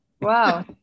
Wow